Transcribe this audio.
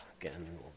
Again